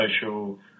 social